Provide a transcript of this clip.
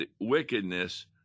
wickedness